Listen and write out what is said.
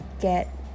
get